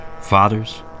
fathers